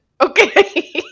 Okay